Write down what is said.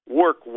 work